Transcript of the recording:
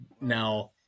now